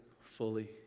fully